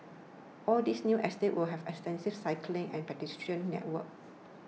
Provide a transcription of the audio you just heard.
all this new estates will have extensive cycling and pedestrian networks